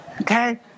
Okay